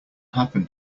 happen